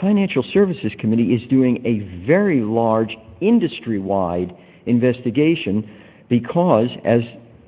financial services committee is doing a very large industry wide investigation because as